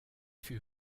fut